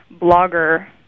blogger